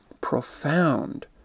profound